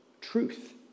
truth